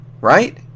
right